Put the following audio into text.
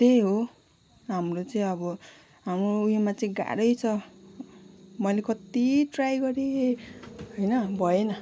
त्यही हो हाम्रो चाहिँ अब हाम्रो हाम्रो उयोमा चाहिँ गाह्रै छ मैले कत्ति ट्राई गरेँ होइन भएन